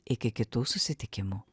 iki kitų susitikimų